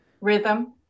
rhythm